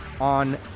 on